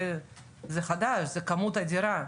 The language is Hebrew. זה חדש, זה כמות אדירה.